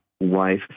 wife